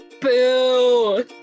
Boo